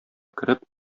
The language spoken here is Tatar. кереп